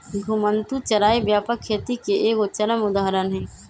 घुमंतू चराई व्यापक खेती के एगो चरम उदाहरण हइ